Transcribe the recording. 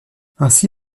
ainsi